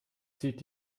zieht